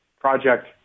project